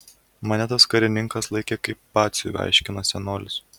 mane tas karininkas laikė kaip batsiuvį aiškina senolis